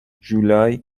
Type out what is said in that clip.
جولای